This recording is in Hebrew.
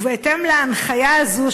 ובהתאם להנחיה הזאת,